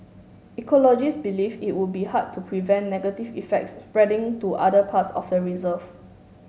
ecologists believe it would be hard to prevent negative effects spreading to other parts of the reserve